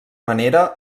manera